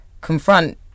confront